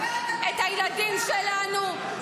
את הילדים שלנו,